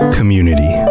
Community